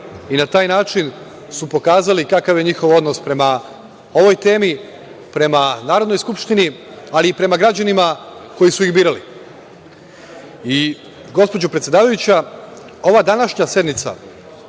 i na taj način su pokazali kakav je njihov odnos prema ovoj temi, prema Narodnoj skupštini, ali i prema građanima koji su ih birali. Gospođo predsedavajuća, ova današnja sednica,